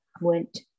went